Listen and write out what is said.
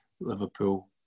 Liverpool